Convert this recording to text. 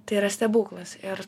tai yra stebuklas ir